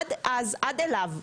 עד אליו,